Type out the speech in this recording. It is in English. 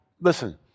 listen